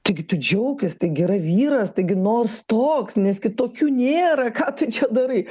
taigi tu džiaukis taigi yra vyras taigi nors toks nes kitokių nėra ką tu čia darai